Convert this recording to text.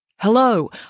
Hello